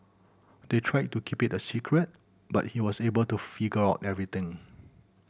they tried to keep it a secret but he was able to figure out everything